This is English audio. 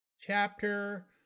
Chapter